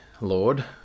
Lord